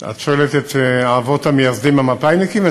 את שואלת את האבות המייסדים המפא"יניקים?